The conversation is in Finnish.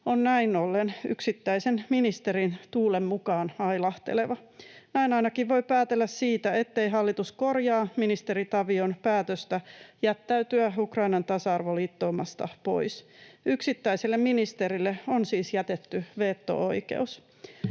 on näin ollen yksittäisen ministerin tuulen mukaan ailahteleva. Näin ainakin voi päätellä siitä, ettei hallitus korjaa ministeri Tavion päätöstä jättäytyä Ukrainan tasa-arvoliittoumasta pois. Yksittäiselle ministerille on siis jätetty veto-oikeus.